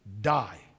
Die